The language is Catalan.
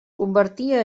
convertia